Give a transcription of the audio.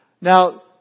Now